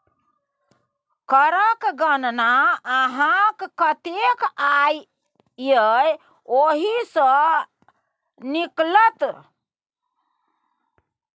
करक गणना अहाँक कतेक आय यै ओहि सँ निकलत